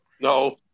No